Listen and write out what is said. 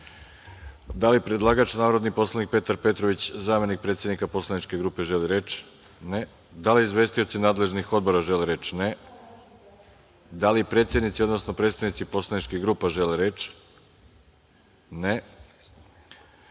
li predlagač, narodni poslanik Petar Petrović, zamenik predsednika poslaničke grupe, želi reč? (Ne.)Da li izvestioci nadležnih odbora žele reč? (Ne.)Da li predsednici, odnosno predstavnici poslaničkih grupa žele reč?